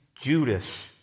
Judas